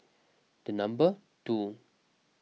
the number two